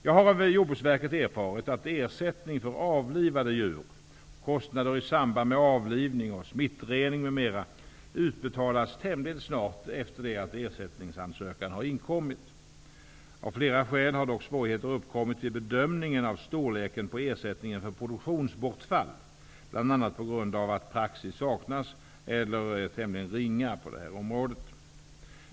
Jag har av Jordbruksverket erfarit att ersättning för avlivade djur, kostnader i samband med avlivning och smittrening m.m. utbetalas tämligen snart efter det att ersättningsansökan inkommit. Av flera skäl har dock svårigheter uppkommit vid bedömningen av storleken på ersättningen för produktionsbortfall, bl.a. på grund av att praxis saknas eller är tämligen ringa på området.